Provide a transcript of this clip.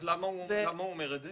אז למה הוא אומר את זה?